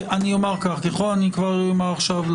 אני כבר אומר עכשיו,